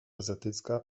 azjatycka